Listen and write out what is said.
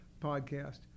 podcast